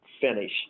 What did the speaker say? finish